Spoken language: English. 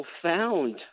profound